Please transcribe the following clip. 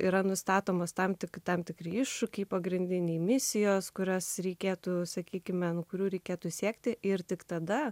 yra nustatomos tam tik tam tikri iššūkiai pagrindiniai misijos kurias reikėtų sakykime kurių reikėtų siekti ir tik tada